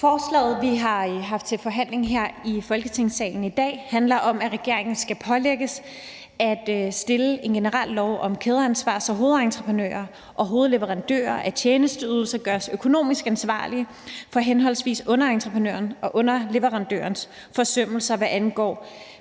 Forslaget, vi har haft til forhandling her i Folketingssalen i dag, handler om, at regeringen skal pålægges at indføre en generel lov om kædeansvar, så hovedentreprenører og hovedleverandører af tjenesteydelser gøres økonomisk ansvarlige for henholdsvis underentreprenøren og underleverandørens forsømmelser, hvad angår